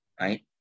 right